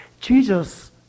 Jesus